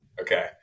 Okay